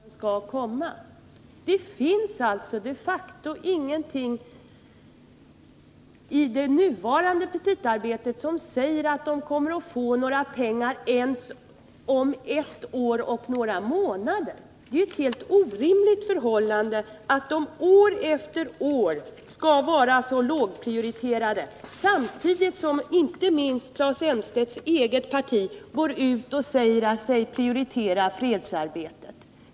Herr talman! Men när räknar Claes Elmstedt med att planen kommer? Det finns de facto ingenting i det nuvarande petitaarbetet som säger att man kommer att få några pengar om ens ett år och några månader. Det är ju ett helt orimligt förhållande att denna forskning år efter år skall vara så lågprioriterad samtidigt som man inte minst inom Claes Elmstedts eget parti går ut och säger sig prioritera fredsarbetet.